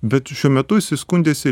bet šiuo metu jiai skundėsi